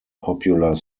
popular